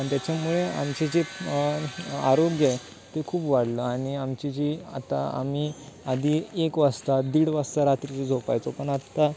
अन त्याच्यामुळे आमचे जे आ आरोग्यय ते खूप वाढलं आणि आमची जी आता आमी आधी एक वाजता दीड वाजता रात्री झोपायचो पण आता